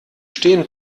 stehen